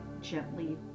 gently